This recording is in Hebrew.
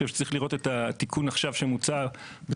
אנחנו צריכים לראות את התיקון שמוצע בתוך